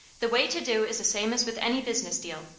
the way to do is the same as with any business deal.